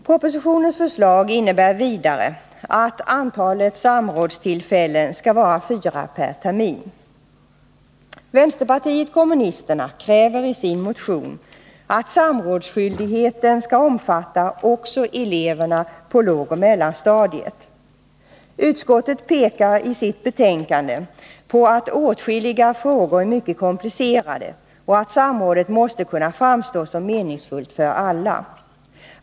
Propositionens förslag innebär vidare att antalet samrådstillfällen skall vara fyra per termin. Vänsterpartiet kommunisterna kräver i sin motion att samrådsskyldigheten skall omfatta också eleverna på lågoch mellanstadiet. Utskottet pekar i sitt betänkande på att åtskilliga frågor är mycket komplicerade och att samrådet måste kunna framstå som meningsfullt för alla.